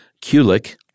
Kulik